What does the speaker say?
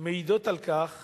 מעידות על כך